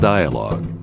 Dialogue